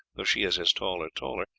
though she is as tall or taller,